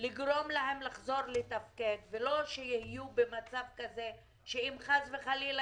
לגרום להם לחזור לתפקד ולא שיהיו במצב כזה שאם חס וחלילה